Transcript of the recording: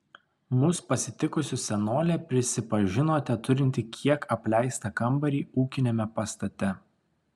mus pasitikusi senolė prisipažino teturinti kiek apleistą kambarį ūkiniame pastate